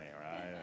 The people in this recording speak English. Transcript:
right